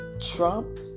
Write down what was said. Trump